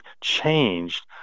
changed